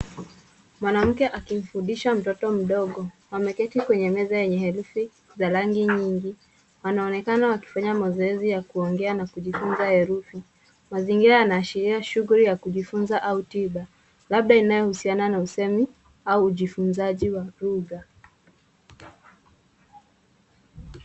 Mwanamke akimfundisha mtoto mdogo, ameketi kwenye meza yenye herufi za rangi nyingi. Wanaonekana wakifanya mazoezi ya kuongea na kujifunza herufi. Mazingira yanaashiria shughuli ya kujifunza au tiba labda inayohusiana na usemu au ujifunzaji wa uba.